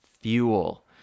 fuel